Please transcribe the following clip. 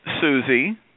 Susie